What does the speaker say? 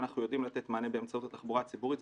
אנחנו יודעים לתת מענה באמצעות התחבורה הציבורית,